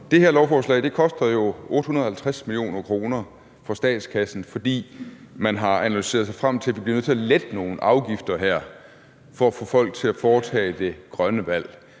Det her lovforslag koster jo 850 mio. kr. fra statskassen, fordi man har analyseret sig frem til, at vi bliver nødt til at lette nogle afgifter her for at få folk til at foretage det grønne valg.